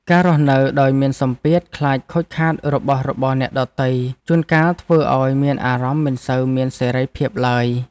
ការរស់នៅដោយមានសម្ពាធខ្លាចខូចខាតរបស់របរអ្នកដទៃជួនកាលធ្វើឱ្យមានអារម្មណ៍មិនសូវមានសេរីភាពឡើយ។